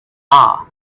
hour